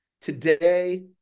today